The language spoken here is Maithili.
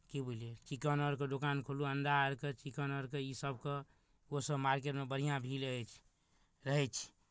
की बुझलियै चिकन आरके दोकान खोलू अंडा आरके चिकन आरके ईसभके ओसभ मार्केटमे बढ़िआँ भीड़ रहै छै रहै छी